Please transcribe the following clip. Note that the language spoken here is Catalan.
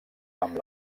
amb